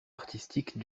artistique